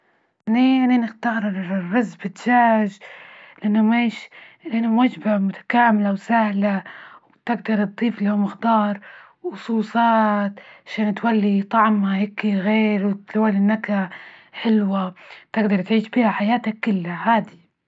إنى نختار الرز بالدجاج لأنه وج- لأنه وجبة متكاملة وسهلة، وتدر تضيف لهم خضار وصوصات، شن تولي طعمها هيكي غير، وتدوق نكهة حلوة تجدر تعيش بيها حياتك كلها عادي.